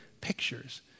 pictures